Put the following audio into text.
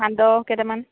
সান্দহ কেইটামান